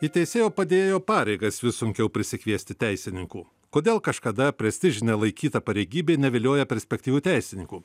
į teisėjo padėjėjo pareigas vis sunkiau prisikviesti teisininkų kodėl kažkada prestižine laikyta pareigybė nevilioja perspektyvių teisininkų